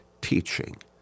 teaching